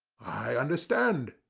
i understand,